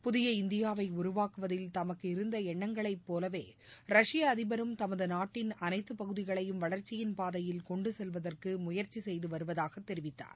புதிய இந்தியாவை உருவாக்குவதில் தமக்கு இருந்த எண்ணங்களைப் போலவே ரஷ்ய அதிபரும் தமது நாட்டின் அனைத்து பகுதிகளையும் வளர்ச்சியின் பாதையில் கொண்டு செல்வதற்கு முயற்சி செய்து வருவதாகத் தெரிவித்தார்